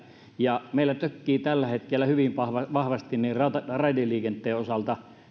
ja meillä se tökkii tällä hetkellä hyvin vahvasti vahvasti raideliikenteen osalta